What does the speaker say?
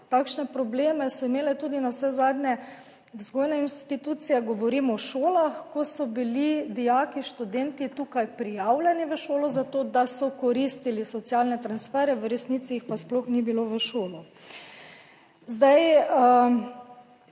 Takšne probleme so imele tudi navsezadnje vzgojne institucije, govorim o šolah, ko so bili dijaki, študentje tukaj prijavljeni v šolo za to, da so koristili socialne transfere, v resnici jih pa sploh ni bilo v šolo. Zdaj